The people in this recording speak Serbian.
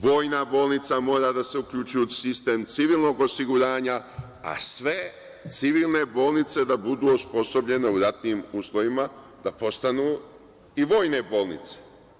Vojna bolnica mora da se uključuje u sistem civilnog osiguranja, a sve civilne bolnice da budu osposobljene u ratnim uslovima, da postanu i vojne bolnice.